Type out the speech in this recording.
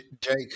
Jake